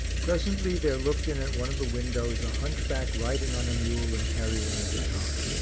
presently there looked in at one of the windows a hunchback riding on a mule and carrying a guitar.